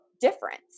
difference